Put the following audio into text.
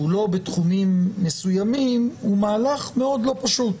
לא בתחומים מסוימים הוא מהלך מאוד לא פשוט.